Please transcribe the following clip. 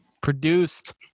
produced